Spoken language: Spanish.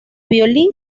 violín